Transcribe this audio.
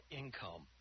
income